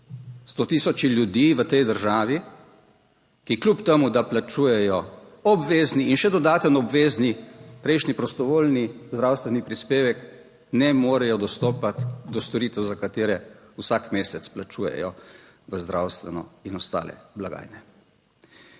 sto tisoči ljudi v tej državi, ki kljub temu, da plačujejo obvezni in še dodaten obvezni prejšnji prostovoljni zdravstveni prispevek ne morejo dostopati do storitev, za katere vsak mesec plačujejo v zdravstveno in ostale blagajne.